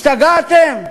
השתגעתם?